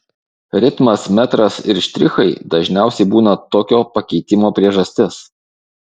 ritmas metras ir štrichai dažniausiai būna tokio pakeitimo priežastis